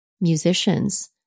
musicians